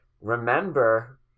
remember